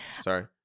Sorry